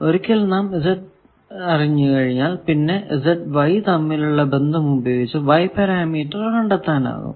ഒരിക്കൽ നാം Z അറിഞ്ഞാൽ പിന്നെ Z Y തമ്മിലുള്ള ബന്ധം ഉപയോഗിച്ച് Y പാരാമീറ്റർ കണ്ടെത്താനാകും